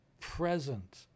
present